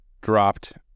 dropped